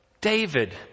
david